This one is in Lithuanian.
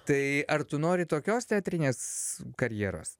tai ar tu nori tokios teatrinės karjeros